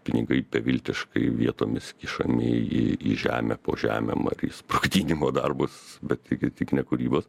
pinigai beviltiškai vietomis kišami į į žemę po žemėm ar į sprogdinimo darbus bet tik tik ne kūrybos